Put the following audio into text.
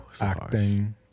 acting